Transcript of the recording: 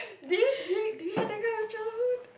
dear Zig did you have that kind of childhood